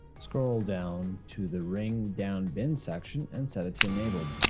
scroll down to the ring down bin section and set it to enabled.